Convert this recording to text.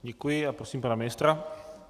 Děkuji a prosím pana ministra.